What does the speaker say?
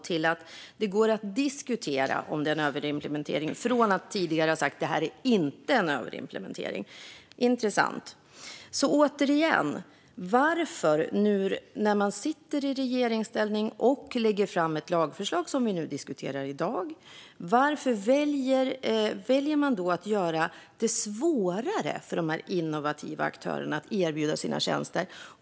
Ledamoten sa att det går att diskutera om detta är en överimplementering; tidigare sa han att detta inte är en överimplementering. Det är intressant. Man sitter i regeringsställning och lägger fram det lagförslag som vi diskuterar i dag. Varför väljer man då att göra det svårare för de innovativa aktörerna att erbjuda sina tjänster?